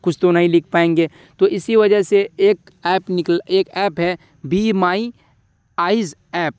کچھ تو نہیں لکھ پائیں گے تو اسی وجہ سے ایک ایپ ایک ایپ ہے بی مائی آئز ایپ